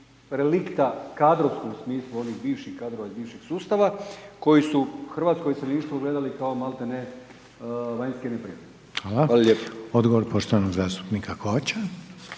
relikta u kadrovskom smislu onih bivših kadrova iz bivšeg sustava koji su hrvatsko iseljeništvo gledali kao maltene vanjske neprijatelje? **Reiner, Željko (HDZ)** Hvala. Odgovor poštovano zastupnika Kovača.